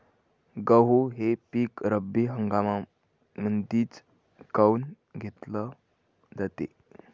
गहू हे पिक रब्बी हंगामामंदीच काऊन घेतले जाते?